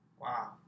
Wow